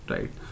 Right